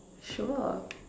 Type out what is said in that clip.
sure